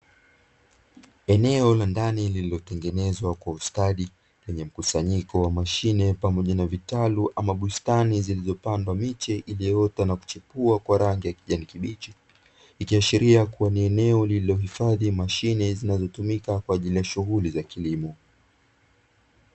Eneo la ndani lililotengenezwa kwa ustadi lenye mkusanyiko wa mashine pamoja na vitalu ama bustani zilizopandwa miche iliyoota na kuchipua kwa rangi ya kijani ya kijani kibichi, ikiashiria kuwa ni eneo lililohifadhi mashine zinazotumika kwa ajili ya shughuli za kilimo.